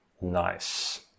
nice